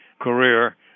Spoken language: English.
career